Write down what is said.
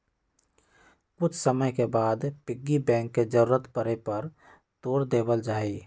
कुछ समय के बाद पिग्गी बैंक के जरूरत पड़े पर तोड देवल जाहई